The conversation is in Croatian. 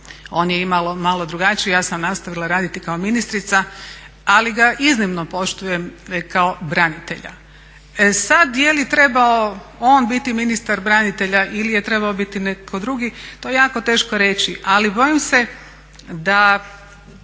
on je imao malo drugačiju. Ja sam nastavila raditi kao ministrica ali ga iznimno poštujem kao branitelja. Sada jeli trebao biti on ministar branitelja ili je trebao biti netko drugi, to je jako teško reći. Ali bojim se da